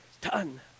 done